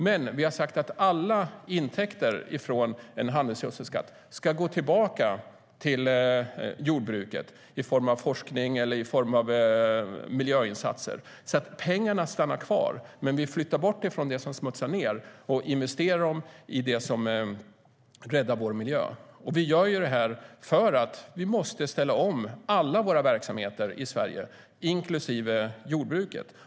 Men vi har sagt att alla intäkter från en handelsgödselskatt ska gå tillbaka till jordbruket i form av forskning eller miljöinsatser. Pengarna stannar alltså kvar, men vi flyttar bort dem från det som smutsar ned och investerar dem i det som räddar vår miljö. Vi gör det här för att vi måste ställa om alla våra verksamheter i Sverige, inklusive jordbruket.